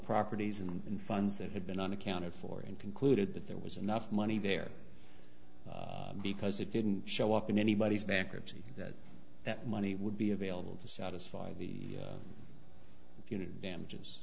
properties and funds that had been unaccounted for and concluded that there was enough money there because it didn't show up in anybody's bankruptcy that that money would be available to satisfy the damages